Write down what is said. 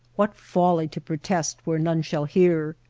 what folly to protest where none shall hear!